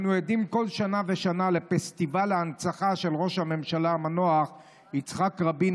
אנו עדים כל שנה ושנה לפסטיבל ההנצחה של ראש הממשלה המנוח יצחק רבין,